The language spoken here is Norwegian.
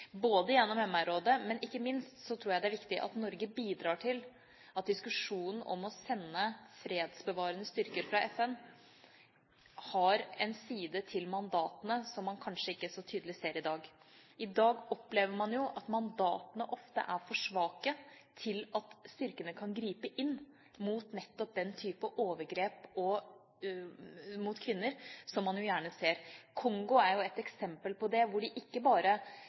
gjennom MR-rådet. Men ikke minst tror jeg det er viktig at Norge bidrar til at diskusjonen om å sende fredsbevarende styrker fra FN har en side knyttet til mandatene som man kanskje ikke ser så tydelig i dag. I dag opplever man at mandatene ofte er for svake til at styrkene kan gripe inn mot nettopp den type overgrep mot kvinner som man ofte ser. Kongo er et eksempel på det, hvor de ikke bare